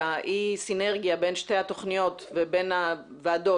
ואי הסינרגיה בין שתי התוכניות ובין הוועדות,